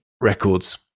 Records